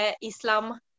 Islam